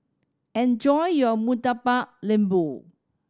enjoy your Murtabak Lembu